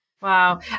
Wow